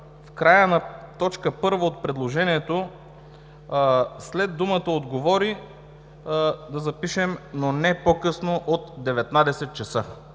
в края на точка 1 от предложението след думата „отговори“, да запишем „но не по-късно от 19,00